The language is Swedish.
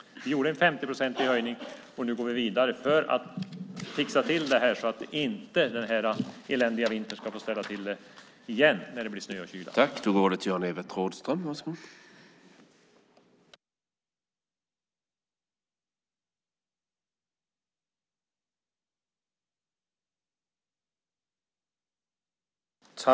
Vi gjorde en 50-procentig höjning, och nu går vi vidare för att fixa till detta så att inte den eländiga vintern ska få ställa till det när det blir snö och kyla igen.